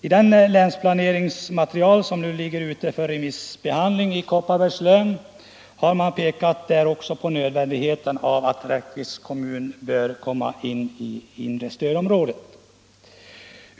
I det länsplaneringsmaterial som nu ligger ute för remissbehandling i Kopparbergs län har man också pekat på nödvändigheten av att Rättviks kommun införlivas med det inre stödområdet.